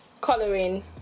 Coloring